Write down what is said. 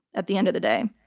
at the end of the day.